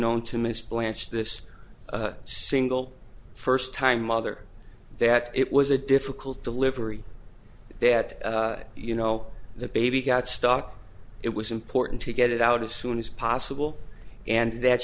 known to miss blanche this single first time mother that it was a difficult delivery that you know the baby got stuck it was important to get it out of soon as possible and that